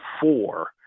four